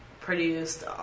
produced